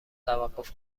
توقف